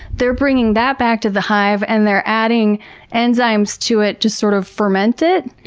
they're bringing that back to the hive and they're adding enzymes to it to sort of ferment it.